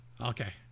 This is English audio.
Okay